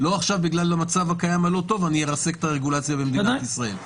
לא בגלל המצב הקיים הלא טוב אני ארסק את הרגולציה במדינת ישראל.